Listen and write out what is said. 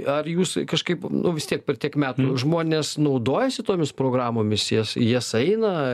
ar jūs kažkaip nu vis tiek per tiek metų žmonės naudojasi tomis programomis į jas į jas eina